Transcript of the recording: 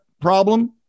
problem